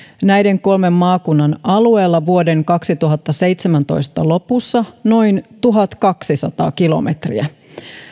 näiden kolmen maakunnan alueella vuoden kaksituhattaseitsemäntoista lopussa noin tuhatkaksisataa kilometriä